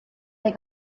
they